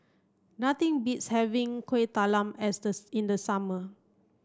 nothing beats having Kuih Talam as this in the summer